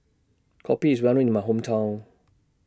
Kopi IS Well known in My Hometown